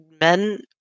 men